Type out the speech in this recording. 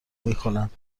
میکنند